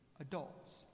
adults